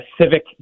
civic